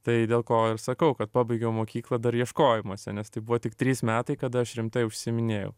tai dėl ko ir sakau kad pabaigiau mokyklą dar ieškojimuose nes tai buvo tik trys metai kada aš rimtai užsiiminėjau